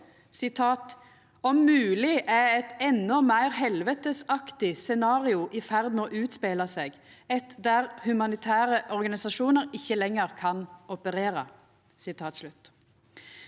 Om mogleg er eit endå meir helvetesaktig scenario i ferd med å utspela seg, eit der humanitære operasjonar ikkje lenger kan operera.